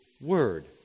word